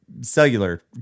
cellular